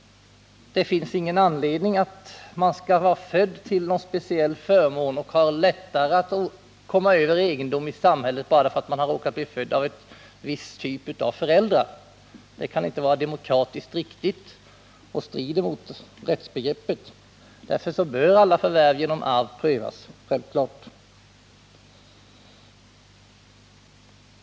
Det finns ingen anledning att få någon speciell förmån eller att ha lättare att komma över egendom i samhället bara därför att man har råkat bli född av en viss typ av föräldrar. Detta är inte demokratiskt riktigt, och det strider också mot rättsbegreppet. Därför bör alla förvärv genom arv självfallet prövas.